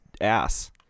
ass